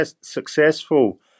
successful